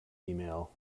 email